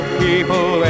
people